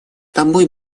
тобой